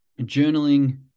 journaling